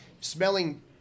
Smelling